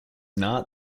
not